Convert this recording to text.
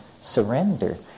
surrender